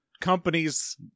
companies